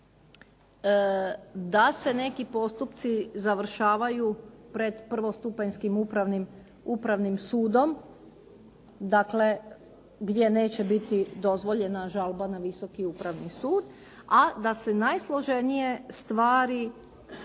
da se neki postupci završavaju pred prvostupanjskim upravnim sudom, dakle gdje neće biti dozvoljena žalba na Visoki upravni sud a da se najsloženije stvari